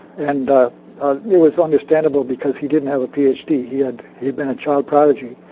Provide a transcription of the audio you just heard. and it was understandable because he didn't have a ph d. he had had been a child prodigy,